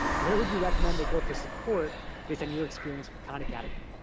where would you recommend they go for support based on your experience with khan academy?